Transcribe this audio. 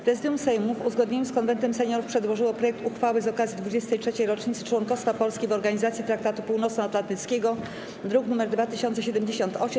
Prezydium Sejmu, w uzgodnieniu z Konwentem Seniorów, przedłożyło projekt uchwały z okazji 23. rocznicy członkostwa Polski w Organizacji Traktatu Północnoatlantyckiego, druk nr 2078.